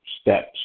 steps